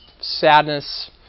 sadness